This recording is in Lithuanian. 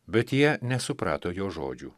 bet jie nesuprato jo žodžių